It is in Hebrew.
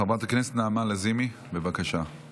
חברת הכנסת נעמה לזימי, בבקשה.